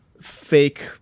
fake